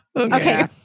Okay